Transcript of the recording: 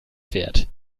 fährt